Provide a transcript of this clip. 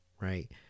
right